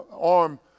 arm